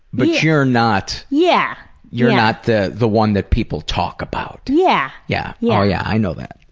but you're not yeah you're not the the one that people talk about. yeah, yeah yeah yeah i know that.